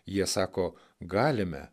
jie sako galime